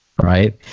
Right